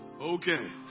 Okay